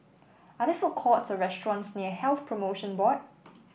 are there food courts or restaurants near Health Promotion Board